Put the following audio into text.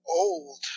old